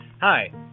Hi